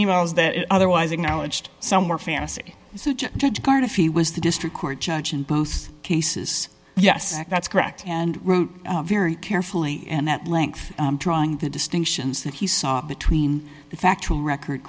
e mails that otherwise acknowledged somewhere fantasy judge card if he was the district court judge in both cases yes that's correct and wrote very carefully and at length drawing the distinctions that he saw between the factual record